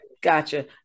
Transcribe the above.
Gotcha